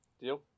Deal